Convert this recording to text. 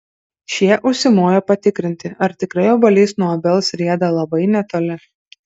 šie užsimojo patikrinti ar tikrai obuolys nuo obels rieda labai netoli